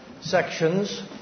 sections